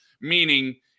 Meaning